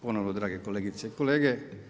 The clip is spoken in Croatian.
Ponovo drage kolegice i kolege.